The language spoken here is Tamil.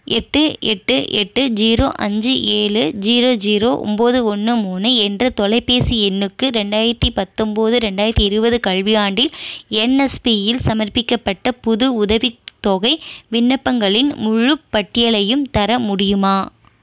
எட்டு எட்டு எட்டு ஜீரோ அஞ்சு ஏழு ஜீரோ ஜீரோ ஒம்பது ஒன்று மூணு என்ற தொலைபேசி எண்ணுக்கு ரெண்டாயிரத்து பத்தம்போது ரெண்டாயிரத்து இருபது கல்வியாண்டில் என்எஸ்பியில் சமர்ப்பிக்கப்பட்ட புது உதவித்தொகை விண்ணப்பங்களின் முழுப் பட்டியலையும் தர முடியுமா